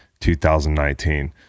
2019